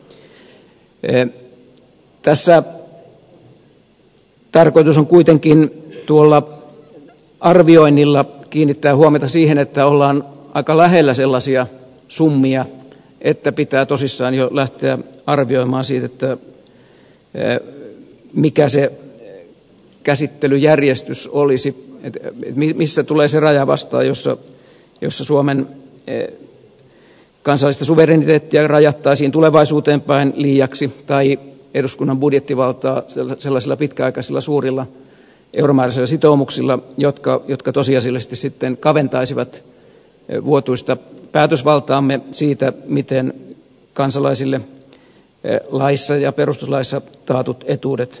tässä tarkoitus on kuitenkin tuolla arvioinnilla kiinnittää huomiota siihen että ollaan aika lähellä sellaisia summia että pitää tosissaan jo lähteä arvioimaan sitä mikä se käsittelyjärjestys olisi missä tulee se raja vastaan jossa suomen kansallista suvereniteettia rajattaisiin tulevaisuuteen päin liiaksi tai eduskunnan budjettivaltaa sellaisilla pitkäaikaisilla suurilla euromääräisillä sitoumuksilla jotka tosiasiallisesti sitten kaventaisivat vuotuista päätösvaltaamme siitä miten kansalaisille laissa ja perustuslaissa taatut etuudet pystytään toteuttamaan